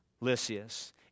lysias